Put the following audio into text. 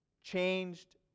Changed